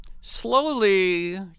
slowly